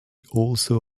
also